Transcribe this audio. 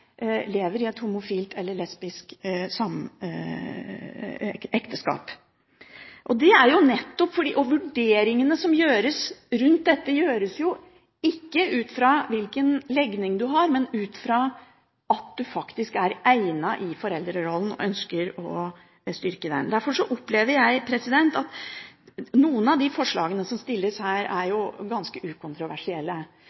lever i et homofilt eller lesbisk ekteskap. De vurderingene som gjøres rundt dette, gjøres jo ikke ut fra hvilken legning man har, men ut fra om man faktisk er egnet i foreldrerollen og ønsker å styrke den. Noen av de forslagene som stilles her, er jo ganske ukontroversielle, men flere av dem handler om å reversere de stegene som